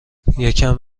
یکم